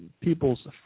people's